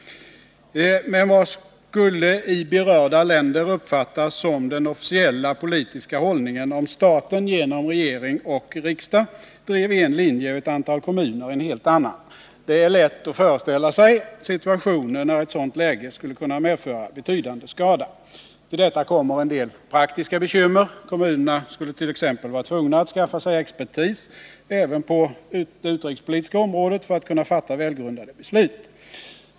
Men vad skulle i berörda länder uppfattas som den officiella politiska hållningen, om staten genom regering och riksdag drev en linje och ett antal kommuner en helt annan? Det är lätt att föreställa sig situationer när ett sådant läge skulle kunna medföra betydande skada. Till detta kommer en del praktiska bekymmer. Kommunerna skulle t.ex. vara tvungna att skaffa sig expertis även på det utrikespolitiska området för att kunna fatta välgrundade beslut.